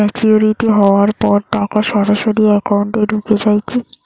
Maturity হওয়ার পর টাকা সরাসরি একাউন্ট এ ঢুকে য়ায় কি?